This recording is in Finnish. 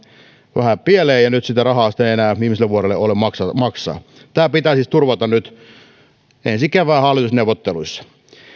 vähän pieleen ja nyt sitä rahaa ei sitten enää viimeiselle vuodelle ole maksaa tämä pitää siis turvata ensi kevään hallitusneuvotteluissa